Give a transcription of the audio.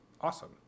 awesome